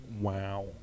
Wow